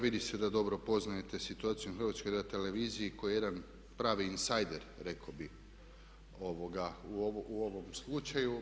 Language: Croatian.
vidi se da dobro poznajete situaciju na HRT-u kao jedan pravi insider rekao bih u ovom slučaju.